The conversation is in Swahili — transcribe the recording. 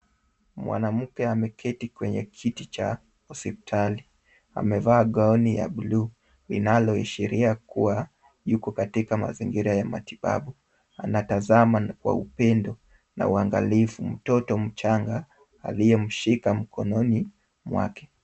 Mwanamke ameketi kwenye kiti cha hospitali. Amevaa gauni ya bluu linaloashiria kuwa yuko katika mazingira ya matibabu. Anatazama kwa upendo na uangalifu mtoto mchanga aliyemshika mkononi mwake.